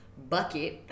Bucket